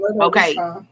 Okay